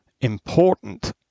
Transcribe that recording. important